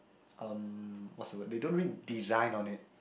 um what's the word they don't really design on it